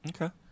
Okay